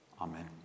Amen